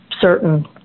certain